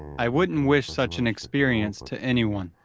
i wouldn't wish such an experience to anyone,